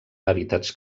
hàbitats